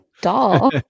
doll